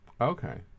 Okay